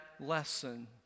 lesson